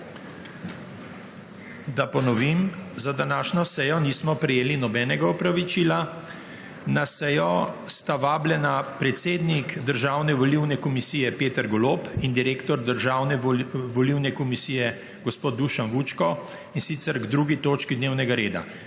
prisotnostjo. Za današnjo sejo nismo prejeli nobenega opravičila. Na sejo sta vabljena predsednik Državne volilne komisije Peter Golob in direktor Državne volilne komisije gospod Dušan Vučko, in sicer k 2. točki dnevnega reda.